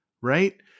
right